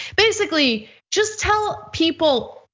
basically just tell people,